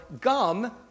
gum